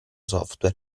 software